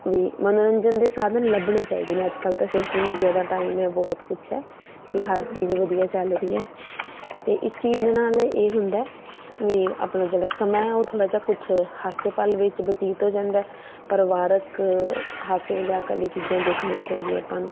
ਵੀ ਮੰਨੋਰੰਜਨ ਦੇ ਸਾਧਨ ਲੱਭਣੇ ਚਾਹੀਦੇ ਨੇ ਅੱਜ ਕੱਲ੍ਹ ਤਾਂ ਸ਼ੋਸ਼ਲ ਮੀਡੀਆ ਦਾ ਟਾਈਮ ਹੈ ਬਹੁਤ ਕੁਛ ਹੈ ਵੀ ਹਰ ਚੀਜ਼ ਵਧੀਆ ਚੱਲ ਰਹੀ ਹੈ ਅਤੇ ਇਸ ਚੀਜ਼ ਦੇ ਨਾਲ ਇਹ ਹੁੰਦਾ ਵੀ ਆਪਣਾ ਜਿਹੜਾ ਸਮਾਂ ਉਹ ਥੋੜ੍ਹਾ ਜਿਹਾ ਕੁਛ ਹਾਸੇ ਪਲ ਵਿੱਚ ਬਤੀਤ ਹੋ ਜਾਂਦਾ ਪਰਿਵਾਰਿਕ ਹਾਸੇ ਮਜ਼ਾਕ ਵਾਲੀਆਂ ਚੀਜ਼ਾਂ ਦੇਖਣੀਆਂ ਚਾਹੀਦੀਆਂ ਆਪਾਂ ਨੂੰ